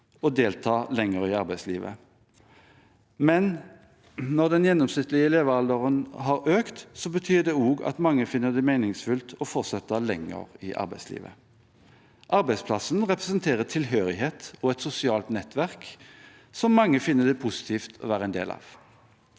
å delta lenger i arbeidslivet. Når den gjennomsnittlige levealderen har økt, betyr det også at mange finner det meningsfylt å fortsette lenger i arbeidslivet. Arbeidsplassen representerer tilhørighet og et sosialt nettverk som mange finner det positivt å være en del av.